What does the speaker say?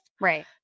right